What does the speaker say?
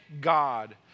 God